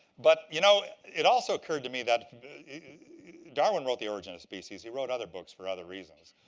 but, you know, it also occurred to me that darwin wrote the origin of species. he wrote other books for other reasons.